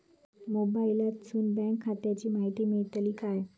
मोबाईलातसून बँक खात्याची माहिती मेळतली काय?